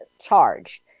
charge